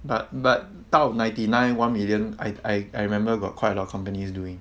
but but 到 ninety nine one million I I remember got quite a lot companies doing